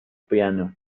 piano